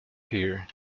here